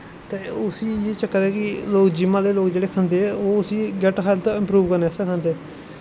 ते उसी इ'यै चक्कर ऐ कि जिम्म आह्ले लोग खंदे ओह् उसी गैट्ट हैल्थ इंप्रूव करने आस्तै खंदे